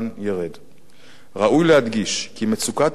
ראוי להדגיש כי מצוקת העגבניות שאליה נקלענו